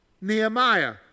Nehemiah